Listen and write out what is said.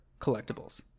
collectibles